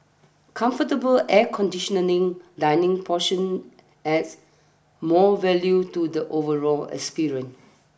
comfortable air conditioning dining portion adds more value to the overall experience